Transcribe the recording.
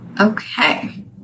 Okay